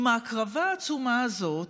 עם ההקרבה העצומה הזאת,